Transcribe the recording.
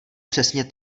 přesně